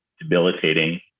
debilitating